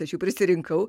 aš jų prisirinkau